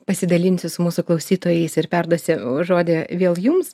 pasidalinsiu su mūsų klausytojais ir perduosi žodį vėl jums